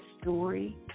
story